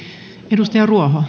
arvoisa